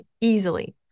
easily